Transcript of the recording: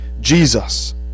Jesus